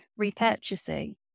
repurchasing